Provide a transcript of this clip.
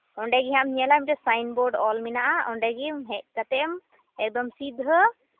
ᱚᱸᱰᱮᱜᱮ ᱦᱟᱸᱜ ᱮᱢ ᱧᱮᱞᱟ ᱢᱤᱫᱴᱟᱱ ᱥᱟᱭᱤᱱᱵᱳᱨᱰ ᱚᱞ ᱢᱮᱱᱟᱜᱼᱟ ᱚᱸᱰᱮᱜᱮ ᱦᱮᱡ ᱠᱟᱛᱮᱫᱟ ᱮᱢ ᱮᱠᱫᱚᱢ ᱥᱤᱫᱷᱟᱹ